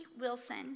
Wilson